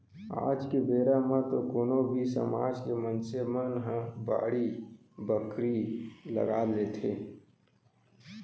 आज के बेरा म तो कोनो भी समाज के मनसे मन ह बाड़ी बखरी लगा लेथे